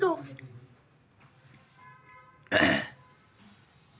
मले माया बँक खात्याची एक वर्षाची मायती पाहिजे हाय, ते मले कसी भेटनं?